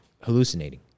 hallucinating